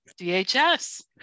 DHS